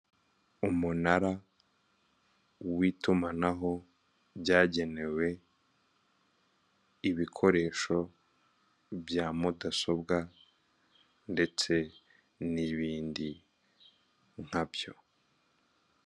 Umunara w'itumanaho byagenewe ibikoresho bya mudasobwa, ndetse n'ibindi nkabyo.